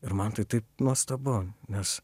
ir man tai taip nuostabu nes